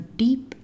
deep